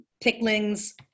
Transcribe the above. Pickling's